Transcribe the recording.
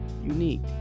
unique